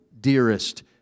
dearest